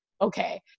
okay